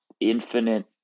infinite